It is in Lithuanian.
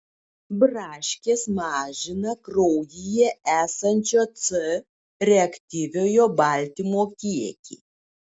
braškės mažina kraujyje esančio c reaktyviojo baltymo kiekį